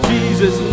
Jesus